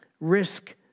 risk